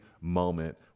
moment